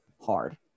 hard